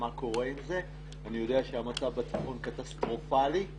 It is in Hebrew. אני יודע שהמצב בצפון קטסטרופלי.